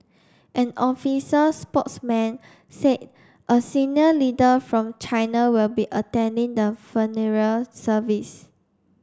an officers spokesman say a senior leader from China will be attending the funeral service